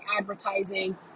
advertising